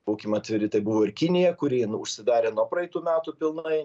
būkim atviri tai buvo ir kinija kuri nu užsidarė nuo praeitų metų pilnai